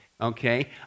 Okay